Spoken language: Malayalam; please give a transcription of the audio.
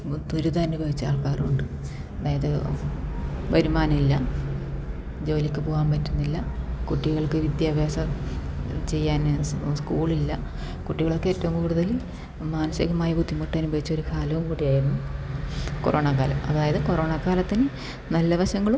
ദുരിതമനുഭവിച്ച ആൾക്കാരുമുണ്ട് അതായത് വരുമാനം ഇല്ല ജോലിക്ക് പോകാൻ പറ്റുന്നില്ല കുട്ടികൾക്ക് വിദ്യാഭ്യാസം ചെയ്യാൻ സ്കൂളില്ല കുട്ടികളൊക്കെ ഏറ്റവും കൂടുതൽ മാനസികമായി ബുദ്ധിമുട്ട് അനുഭവിച്ച ഒരു കാലവും കൂടിയായിരുന്നു കൊറോണ കാലം അതായത് കൊറോണ കാലത്തിൽ നല്ല വശങ്ങളും